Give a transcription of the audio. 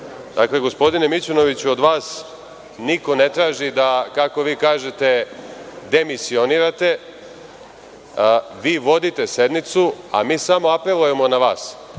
gospodine Mićunoviću, od vas niko ne traži da, kako vi kažete, demisionirate, vi vodite sednicu, a mi samo apelujemo na vas